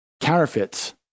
counterfeits